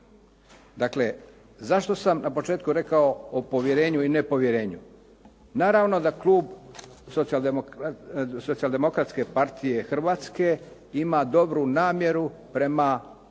Dakle, zašto sam na početku rekao o povjerenju i nepovjerenju? Naravno da klub Socijaldemokratske partije Hrvatske ima dobru namjeru prema ulasku